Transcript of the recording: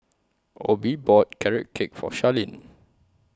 Obe bought Carrot Cake For Sharleen